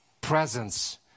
presence